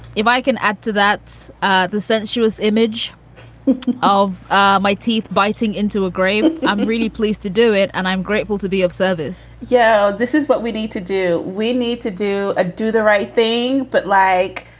if i can add to that ah the sense she was image of ah my teeth biting into a grape. i'm really pleased to do it and i'm grateful to be of service. yeah. this is what we need to do. we need to do a do the right thing. but like